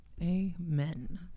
Amen